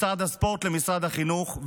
משרד הספורט למשרד החינוך.